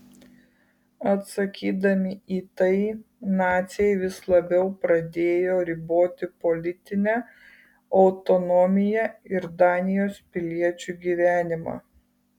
atsakydami į tai naciai vis labiau pradėjo riboti politinę autonomiją ir danijos piliečių gyvenimą